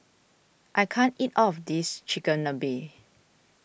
I can't eat all of this Chigenabe